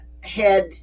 head